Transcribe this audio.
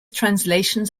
translations